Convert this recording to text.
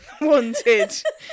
wanted